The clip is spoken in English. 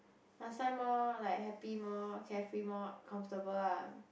last time more like happy more carefree more comfortable ah